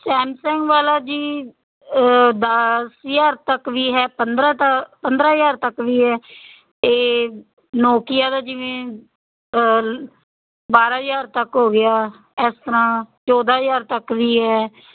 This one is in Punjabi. ਸੈਮਸੰਗ ਵਾਲਾ ਜੀ ਦਸ ਹਜ਼ਾਰ ਤੱਕ ਵੀ ਹੈ ਪੰਦਰਾਂ ਤਾ ਪੰਦਰਾਂ ਹਜ਼ਾਰ ਤੱਕ ਵੀ ਹੈ ਅਤੇ ਨੋਕੀਆ ਦਾ ਜਿਵੇਂ ਬਾਰਾਂ ਹਜ਼ਾਰ ਤੱਕ ਹੋ ਗਿਆ ਇਸ ਤਰ੍ਹਾਂ ਚੋਦਾਂ ਹਜ਼ਾਰ ਤੱਕ ਵੀ ਹੈ